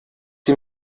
sie